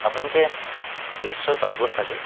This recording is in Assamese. আপোনালোকে নিশ্চয় পাৰিব চাগৈ